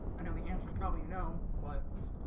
i know the answer is probably no but